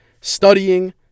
studying